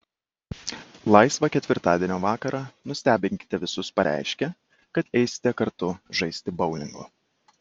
laisvą ketvirtadienio vakarą nustebinkite visus pareiškę kad eisite kartu žaisti boulingo